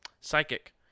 psychic